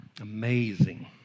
Amazing